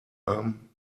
arm